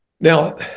Now